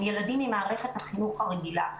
הם ילדים ממערכת החינוך הרגילה,